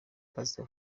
pastor